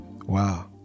Wow